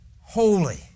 holy